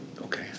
okay